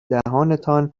دهانتان